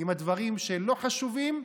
עם הדברים שלא חשובים,